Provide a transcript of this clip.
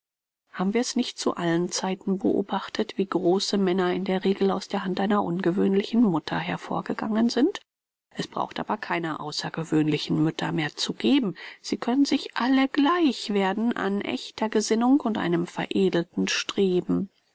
haben wir es nicht zu allen zeiten beobachtet wie große männer in der regel aus der hand einer ungewöhnlichen mutter hervorgegangen sind es braucht aber keine außergewöhnlichen mütter mehr zu geben sie können sich alle gleich werden an ächter gesinnung und einem veredelten streben